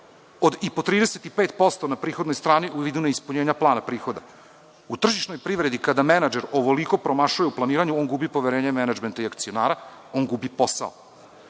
od i po 35% na prihodnoj strani u vidu neispunjenja plana prihoda. U tržišnoj privredi kada menadžer ovoliko promašuje u planiranju on gubi poverenje menadžmenta i akcionara, on gubi